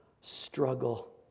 struggle